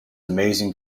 amazing